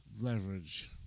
leverage